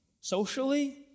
socially